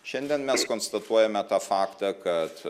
šiandien mes konstatuojame tą faktą kad